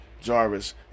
Jarvis